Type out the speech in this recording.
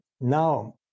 now